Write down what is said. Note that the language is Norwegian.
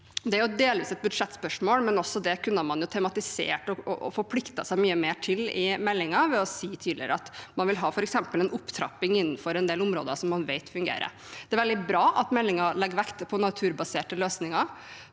Det er delvis et budsjettspørsmål, men også det kunne man tematisert og forpliktet seg mye mer til i meldingen ved å si tydeligere at man f.eks. vil ha en opptrapping innenfor en del områder man vet fungerer. Det er veldig bra at meldingen legger vekt på naturbaserte løsninger.